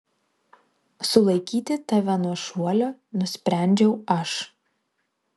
sulaikyti tave nuo šuolio nusprendžiau aš